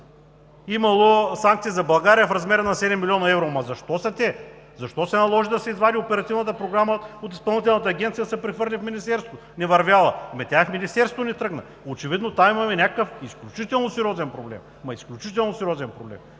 имало санкция за България в размер на 7 млн. евро. Аама, защо са те? Защо се наложи да се извади Оперативната програма от Изпълнителната агенция и да се прехвърли в Министерството? Не е вървяла. Ама, тя и в Министерството не тръгна и очевидно там имаме някакъв изключително сериозен проблем, ама изключително сериозен проблем.